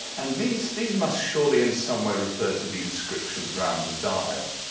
and these these must surely in some way refer to the inscriptions around the dial.